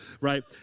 right